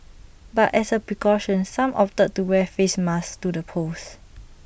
but as A precaution some opted to wear face masks to the polls